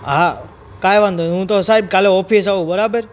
હા કાંઈ વાંધો નહીં હું તો સાહેબ કાલે ઓફીસ આવું બરાબર